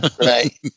right